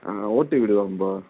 ஆ ஓட்டு வீடுதாம்ப்பா